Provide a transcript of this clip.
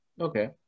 Okay